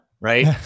right